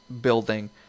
building